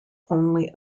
only